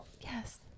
Yes